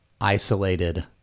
isolated